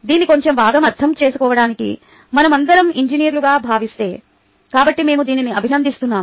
దీన్ని కొంచెం బాగా అర్థం చేసుకోవడానికి మనమందరం ఇంజనీర్లుగా భావిస్తే కాబట్టి మేము దీనిని అభినందిస్తున్నాము